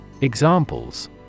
Examples